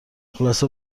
خلاصه